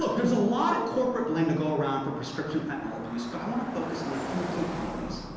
like there's a lot of corporate blame to go around for prescriptions fentanyl abuse, but i want to focus on a few key companies.